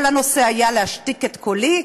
כל הנושא היה להשתיק את קולי,